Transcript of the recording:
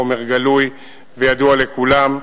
החומר גלוי וידוע לכולם.